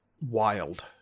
wild